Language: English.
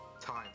time